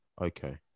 Okay